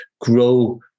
grow